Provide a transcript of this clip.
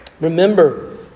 Remember